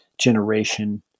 generation